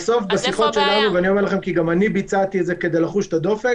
על פי השיחות שלנו וגם אני ביצעתי שיחות כדי לחוש את הדופק